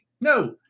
no